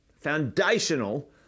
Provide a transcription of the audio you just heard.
foundational